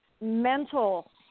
mental